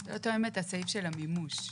זה הסעיף של המימוש.